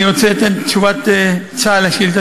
אני רוצה לתת את תשובת צה”ל על השאילתה